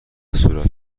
صورت